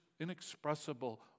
inexpressible